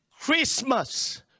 Christmas